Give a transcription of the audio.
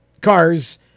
cars